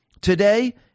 today